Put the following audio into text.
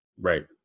Right